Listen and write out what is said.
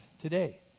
today